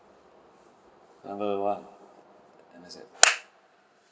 number one M_S_F